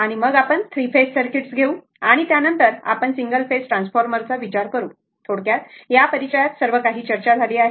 आणि मग आपण थ्री फेज AC सर्किट्स घेऊ आणि त्या नंतर आपण सिंगल फेज ट्रान्सफॉर्मर चा विचार करू आणि थोडक्यात या परिचयात सर्व काही चर्चा झाली आहे